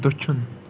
دٔچھُن